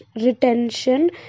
retention